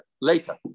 later